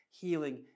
Healing